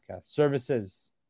services